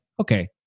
okay